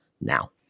now